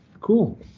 Cool